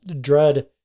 Dread